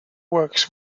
works